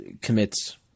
commits